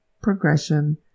progression